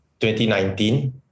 2019